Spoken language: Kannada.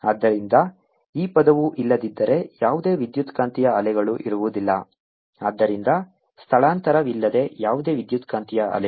ಆದ್ದರಿಂದ ಈ ಪದವು ಇಲ್ಲದಿದ್ದರೆ ಯಾವುದೇ ವಿದ್ಯುತ್ಕಾಂತೀಯ ಅಲೆಗಳು ಇರುವುದಿಲ್ಲ ಆದ್ದರಿಂದ ಸ್ಥಳಾಂತರವಿಲ್ಲದೆ ಯಾವುದೇ ವಿದ್ಯುತ್ಕಾಂತೀಯ ಅಲೆಗಳು